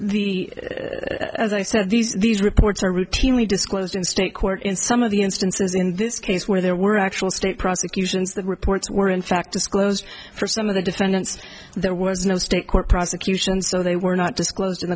the as i said these these reports are routinely disclosed in state court in some of the instances in this case where there were actual state prosecutions the reports were in fact disclosed for some of the defendants there was no state court prosecution so they were not disclosed